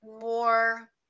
more